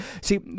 see